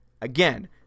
Again